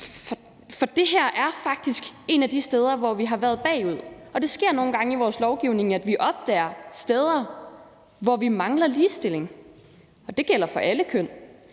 For det her er faktisk et af de steder, hvor vi har været bagud, og det sker nogle gange i vores lovgivning, at vi opdager steder, hvor vi mangler ligestilling. Det gælder for alle køn,